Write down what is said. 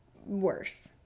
Worse